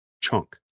chunk